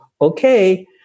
okay